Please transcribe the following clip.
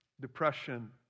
Depression